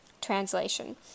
translation